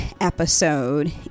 episode